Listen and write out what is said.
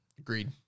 Agreed